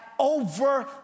over